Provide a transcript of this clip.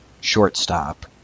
shortstop